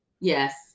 Yes